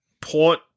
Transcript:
Port